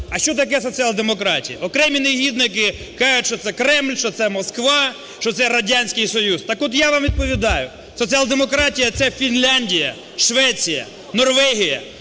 а що таке соціал-демократія? Окремі негідники кажуть, що це Кремль, що це Москва, що це Радянський Союз. Так от я вам відповідаю: соціал-демократія – це Фінляндія, Швеція, Норвегія,